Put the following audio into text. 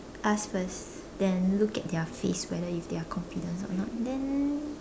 ask first then look at their face whether if they are confident or not then